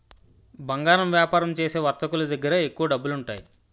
బంగారు వ్యాపారం చేసే వర్తకులు దగ్గర ఎక్కువ డబ్బులుంటాయి